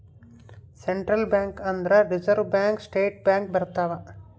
central bank ಅಂದ್ರ reserve bank state bank ಬರ್ತವ